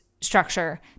structure